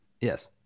yes